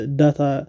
data